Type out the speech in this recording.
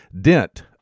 Dent